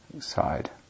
side